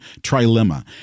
trilemma